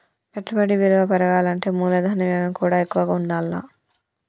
పెట్టుబడి విలువ పెరగాలంటే మూలధన వ్యయం కూడా ఎక్కువగా ఉండాల్ల